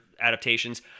adaptations